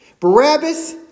Barabbas